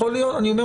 אני לא יודע